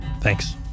Thanks